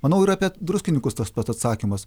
manau ir apie druskininkus tas pat atsakymas